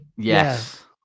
Yes